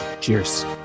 cheers